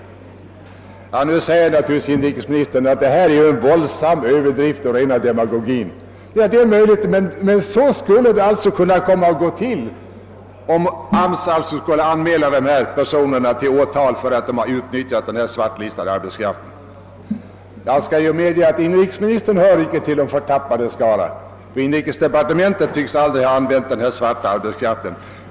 Nu säger naturligtvis inrikesministern att detta är en våldsam överdrift och rena demagogin. Det är möjligt, men så skulle det kunna gå till, om AMS skulle anmäla dessa personer till åtal för att de utnyttjat den svartlistade arbetskraften. Jag skall medge att inrikesministern icke hör till de förtappades skara; inrikesdepartementet tycks aldrig ha anlitat den här »svarta arbetskraften».